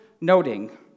noting